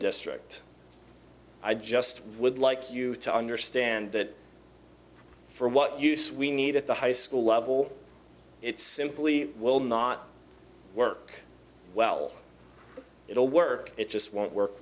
district i just would like you to understand that for what use we need at the high school level it's simply will not work well it will work it just won't work